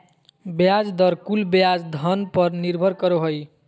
ब्याज दर कुल ब्याज धन पर निर्भर करो हइ